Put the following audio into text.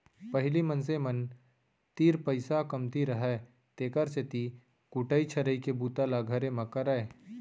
पहिली मनखे मन तीर पइसा कमती रहय तेकर सेती कुटई छरई के बूता ल घरे म करयँ